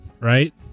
right